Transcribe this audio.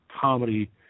comedy